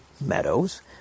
Meadows